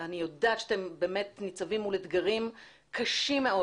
אני יודעת שאתם באמת ניצבים מול אתגרים קשים מאוד.